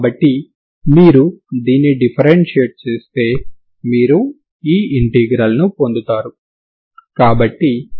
కాబట్టి m అవుతుంది మరియు v ∂u∂t అవుతుంది కాబట్టి K